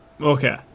Okay